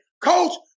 Coach